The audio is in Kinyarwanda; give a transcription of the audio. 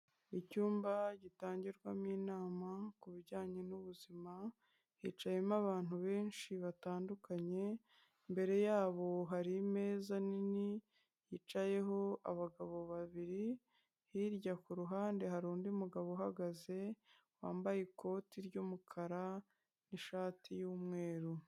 Icyumba gitangirwamo inama kubijyanye n'ubuzima, hicayemo abantu benshi batandukanye imbere yabo hari imeza nini yicayeho abagabo babiri, hirya kuru ruhande hari undi mugabo uhagaze wambaye ikoti ry'umukara n'ishati y'umweru.